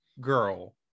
girl